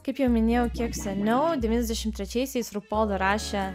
kaip jau minėjau kiek seniau devyniasdešim trečiaisiais rū pol rašė